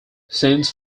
since